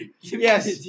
Yes